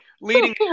Leading